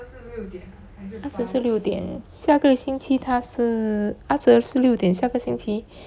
啊哲是六点下个星期他是啊哲是六点下个星期